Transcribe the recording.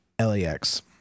LAX